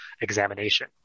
examination